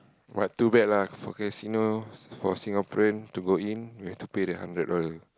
what too bad lah for casinos for Singaporean to go in we have to pay the hundred dollar